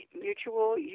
Mutual